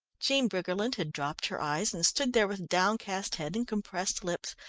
jean briggerland had dropped her eyes, and stood there with downcast head and compressed lips.